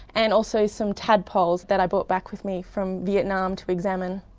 and also some tadpoles that i brought back with me from vietnam to examine.